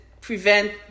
prevent